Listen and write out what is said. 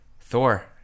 Thor